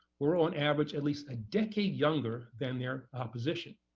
were on average at least a decade younger than their opposition.